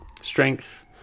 strength